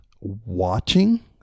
watching